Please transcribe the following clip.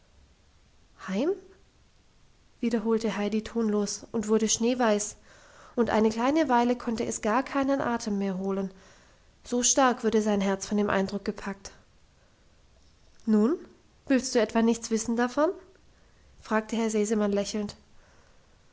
heim wiederholte heidi tonlos und wurde schneeweiß und eine kleine weile konnte es gar keinen atem mehr holen so stark wurde sein herz von dem eindruck gepackt nun willst du etwa nichts wissen davon fragte herr sesemann lächelnd